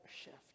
Shift